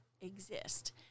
exist